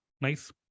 nice